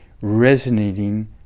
Resonating